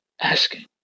Asking